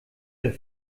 der